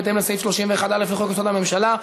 בהתאם לסעיף 31(א) לחוק-יסוד: הממשלה,